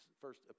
first